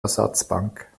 ersatzbank